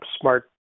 smart